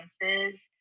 differences